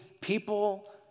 people